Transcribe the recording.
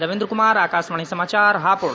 रविंद्र कुमार आकाशवाणी समाचार हापुड़